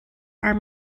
are